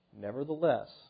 Nevertheless